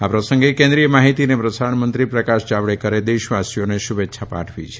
આ પ્રસંગે કેન્દ્રીય માહિતી અને પ્રસારણ મંત્રી પ્રકાશ જાવડેકરે દેશવાસીઓને શુભેચ્છા પાઠવી છે